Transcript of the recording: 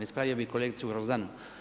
Ispravio bih kolegicu Grozdanu.